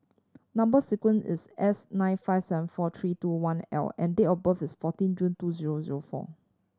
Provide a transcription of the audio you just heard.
number sequence is S nine five seven four three two one L and date of birth is fourteen June two zero zero four